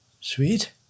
Sweet